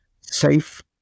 SAFE